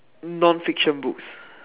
non fiction books